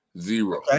Zero